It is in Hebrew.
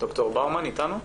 ד"ר באומן איתנו?